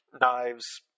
knives